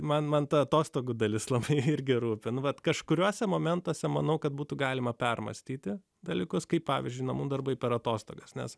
man man tą atostogų dalis labai geru tonu kad kažkuriuose momentuose manau kad būtų galima permąstyti dalykus kaip pavyzdžiui namų darbai per atostogas nes